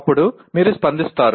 అప్పుడు మీరు స్పందిస్తారు